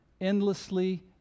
Endlessly